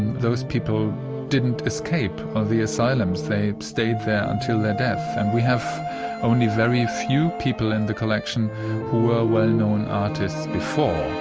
those people didn't escape ah the asylums, they stayed there until their death, and we have only very few people in the collection who were well-known artists before.